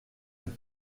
have